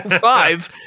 five